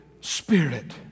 Spirit